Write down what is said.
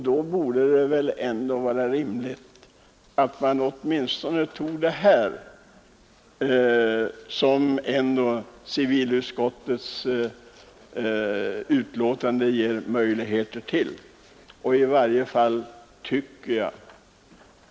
Det vore väl då rimligt att man åtminstone utnyttjade de möjligheter som civilutskottet anvisar i sitt betänkande.